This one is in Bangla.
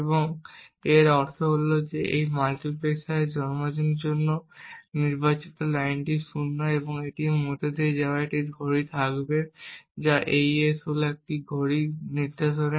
তাই এর অর্থ হল এই মাল্টিপ্লেক্সারের জন্য নির্বাচিত লাইনটি শূন্য এবং তাই আপনার এটির মধ্য দিয়ে যাওয়া একটি ধীর ঘড়ি থাকবে এবং AES হল একটি ধীর ঘড়িতে কর্মক্ষম